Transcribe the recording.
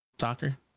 Soccer